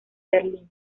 berlín